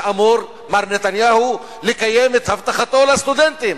שבו אמור מר נתניהו לקיים את הבטחתו לסטודנטים?